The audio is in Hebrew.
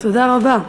תודה רבה.